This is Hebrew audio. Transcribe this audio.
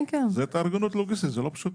זה התארגנות לוגיסטית, לא פשוטה.